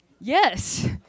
Yes